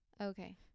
Okay